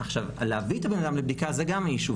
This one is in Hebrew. להביא את הבן-אדם לבדיקה, זה גם אישו.